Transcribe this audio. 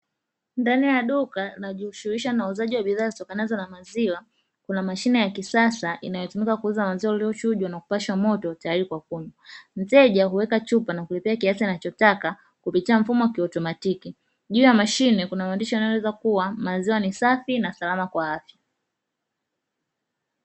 Ndani ya duka linajishugulisha na uuzaji wa bidhaa zitokanazo na maziwa kuna mashine ya kisasa inayotumika kuuza maziwa yaliochujwa na kupashwa moto tayari kwa kunywa ,mteja huweka chupa na kulipia kiasi anachotaka kuvitoa mfumo wa kiatumatiki juu ya mashine kuna maandishi yanaeleza kuwa maziwa ni safi na salama kwa afya.